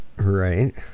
Right